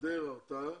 היעדר הרתעה